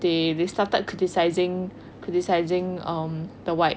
they they started criticizing criticizing the white